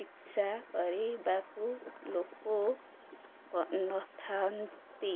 ଚିକିତ୍ସା କରିବାକୁ ଲୋକ କ ନଥାନ୍ତି